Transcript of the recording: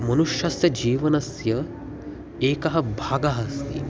मनुष्यस्य जीवनस्य एकः भागः अस्ति